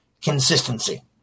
consistency